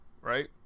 right